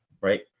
right